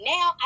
Now